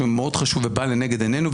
שהוא מאוד חשוב ובא לנגד עינינו,